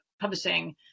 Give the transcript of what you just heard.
publishing